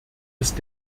ist